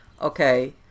okay